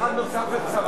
כל אחד נוסף זה צרה.